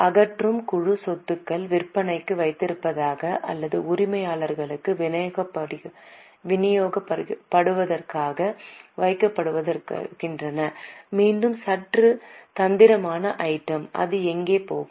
அகற்றும் குழு சொத்துக்கள் விற்பனைக்கு வைத்திருப்பதாக அல்லது உரிமையாளர்களுக்கு விநியோகிக்கப்படுவதாக வகைப்படுத்தப்படுகின்றன மீண்டும் சற்று தந்திரமான ஐட்டம் அது எங்கே போகும்